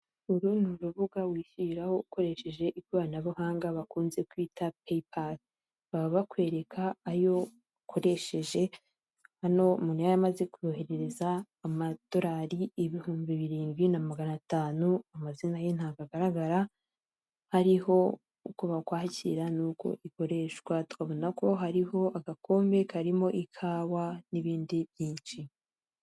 Uru ni rubuga wishyuriraho ukoresheje ikoranabuhanga bakunze kwita Peyi Pali, baba bakwereka ayo ukoresheje hano umuntu yari amaze kuyoherereza amadorari ibihumbi birindwi na magana atanu amazina ye ntabwo agaragara, hariho uko bakwakira n'uko ikoreshwa tukabona ko hariho agakombe karimo ikawa n'ibindi byinshi.